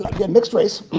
again mixed race,